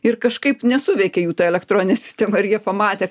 ir kažkaip nesuveikė jų ta elektroninė sistema ir jie pamatė